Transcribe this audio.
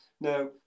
Now